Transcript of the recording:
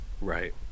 Right